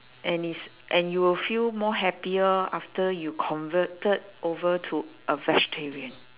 and is and you will feel more happier after you converted over to a vegetarian